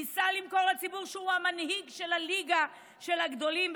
ניסה למכור לציבור שהוא המנהיג של הליגה של הגדולים.